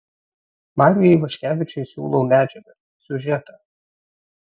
mariui ivaškevičiui siūlau medžiagą siužetą